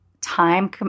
time